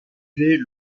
vivait